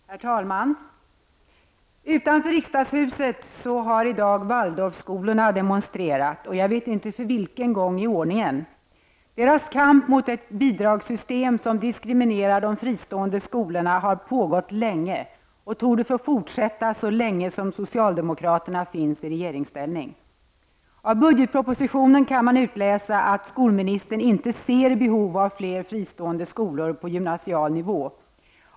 Herr talman! Utanför riksdagshuset har i dag Waldorfskolorna demonstrerat -- jag vet inte för vilken gång i ordningen. Deras kamp mot ett bidragssystem som diskriminerar de fristående skolorna har pågått länge och torde få fortsätta så länge som socialdemokraterna finns i regeringsställning. Av budgetpropositionen kan man utläsa att skolministern inte ser behov av fler fristående skolor på gymnasial nivå.